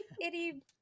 itty